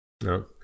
no